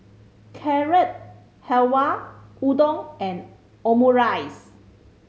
Carrot Halwa Udon and Omurice